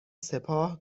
سپاه